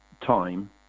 time